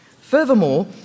furthermore